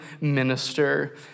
minister